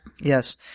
Yes